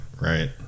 right